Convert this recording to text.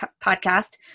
podcast